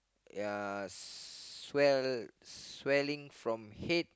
ya swell swelling from head